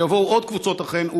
ויבואו עוד קבוצות אחריהן,